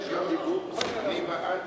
אפשר לבקש גם דיבור, הוא לא יכול.